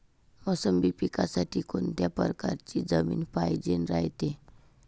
मोसंबी पिकासाठी कोनत्या परकारची जमीन पायजेन रायते?